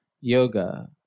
yoga